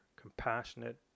compassionate